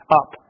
up